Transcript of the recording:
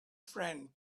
friend